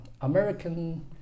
American